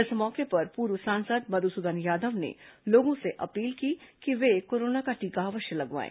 इस मौके पर पूर्व सांसद मधुसूदन यादव ने लोगों से अपील की कि वे कोरोना का टीका अवश्य लगवाएं